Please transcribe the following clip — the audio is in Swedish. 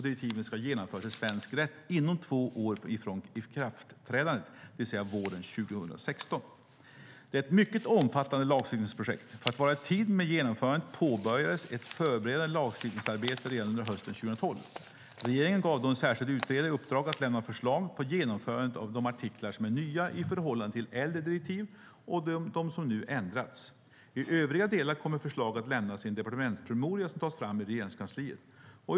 Direktiven ska genomföras i svensk rätt inom två år från ikraftträdandet, det vill säga våren 2016. Det är ett mycket omfattande lagstiftningsprojekt. För att vara i tid med genomförandet påbörjades ett förberedande lagstiftningsarbete redan under hösten 2012. Regeringen gav då en särskild utredare i uppdrag att lämna förslag på genomförandet av de artiklar som är nya i förhållande till äldre direktiv och de som nu ändrats. I övriga delar kommer förslag att lämnas i en departementspromemoria som tas fram i Regeringskansliet.